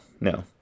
no